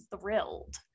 thrilled